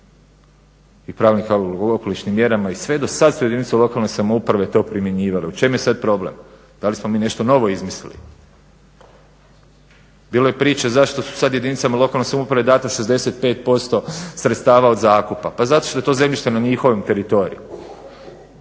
i pravilnika o okolišnim mjerama i sve, dosad su jedinice lokalne samouprave to primjenjivale. U čemu je sad problem, da li smo mi nešto novo izmislili? Bilo je priče zašto su sad jedinicama lokalne samouprave dana 65% sredstava od zakupa, pa zato što je to zemljište na njihovom teritoriju,